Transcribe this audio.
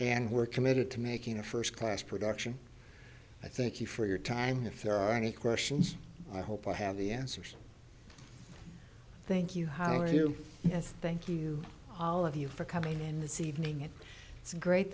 and we're committed to making a first class production i thank you for your time if there are any questions i hope i have the answers thank you how are you thank you all of you for coming in this evening it is great